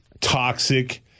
Toxic